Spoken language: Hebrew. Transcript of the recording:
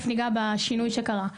מיד ניגע בשינוי שקרה.